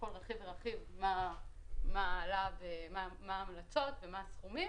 לגבי כל רכיב ורכיב מה ההמלצות ומה הסכומים